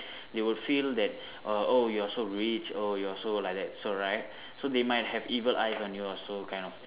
they will feel that uh oh you're so rich oh you're so like that so right so they might have evil eyes on you or so kind of